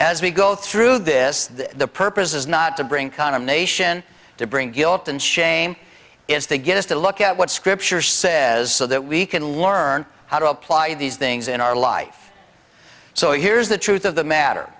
as we go through this the purpose is not to bring condemnation to bring guilt and shame it's to get us to look at what scripture says so that we can learn how to apply these things in our life so here's the truth of the matter